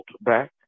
back